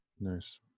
Nice